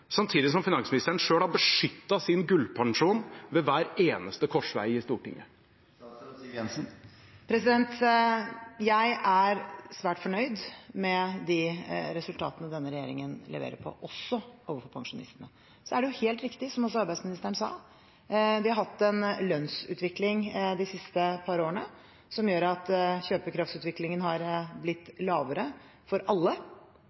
samtidig som finansministeren selv har beskyttet sin gullpensjon ved hver eneste korsvei i Stortinget? Jeg er svært fornøyd med de resultatene denne regjeringen leverer, også overfor pensjonistene. Så er det helt riktig, som også arbeidsministeren sa: Vi har hatt en lønnsutvikling de siste par årene som gjør at kjøpekraftsutviklingen har blitt svakere for alle.